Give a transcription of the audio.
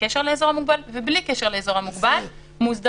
בקשר לאזור המוגבל ובלי קשר לאזור המוגבל מוסדר.